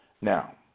Now